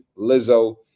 Lizzo